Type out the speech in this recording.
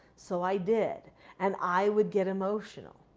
so, i did and i would get emotional.